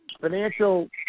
financial